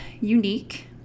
unique